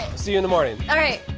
see you in the morning okay